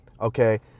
okay